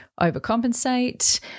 overcompensate